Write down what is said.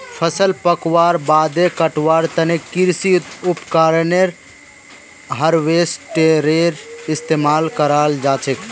फसल पकवार बादे कटवार तने कृषि उपकरण हार्वेस्टरेर इस्तेमाल कराल जाछेक